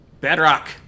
Bedrock